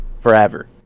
forever